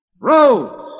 Rose